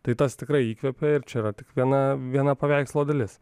tai tas tikrai įkvepia ir čia yra tik viena viena paveikslo dalis